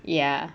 ya